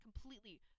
completely